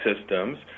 systems